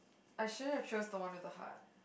I shouldn't have chosen the one with the heart